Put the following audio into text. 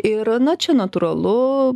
ir na čia natūralu